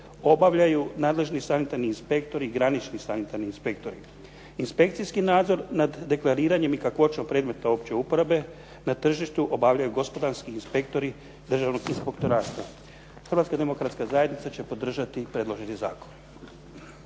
obavljaju nadležni sanitarni inspektori i granični sanitarni inspektori. Inspekcijski nadzor nad deklariranjem i kakvoćom predmeta opće uporabe na tržištu obavljaju gospodarski inspektori Državnog inspektorata. Hrvatska demokratska zajednica će podržati predloženi zakon.